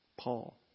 Paul